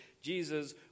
Jesus